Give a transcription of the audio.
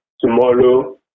tomorrow